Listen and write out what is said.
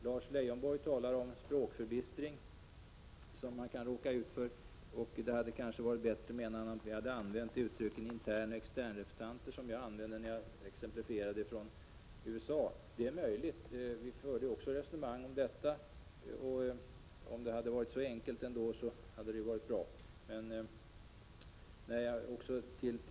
Lars Leijonborg talade om språkförbistring och menade att det kanske hade varit bättre att använda uttrycken internoch externrepresentanter, som jag gjorde i exemplet från USA. Det har också förts resonemang om detta. Det är möjligt att det hade varit bra — om det vore så enkelt som Lars Leijonborg hävdar.